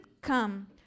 come